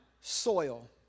soil